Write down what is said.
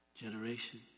generation